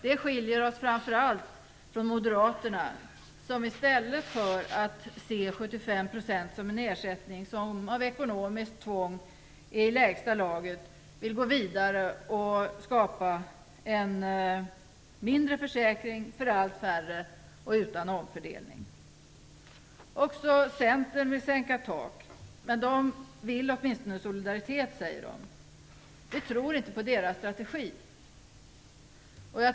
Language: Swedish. Det skiljer oss framför allt från Moderaterna som i stället för att se 75 % som en ersättning som av ekonomiskt tvång är i lägsta laget vill gå vidare och skapa en mindre försäkring för allt färre och utan omfördelning. Också Centern vill sänka tak, men Centern vill åtminstone ha solidaritet, säger man. Vi tror inte på Centerns strategi.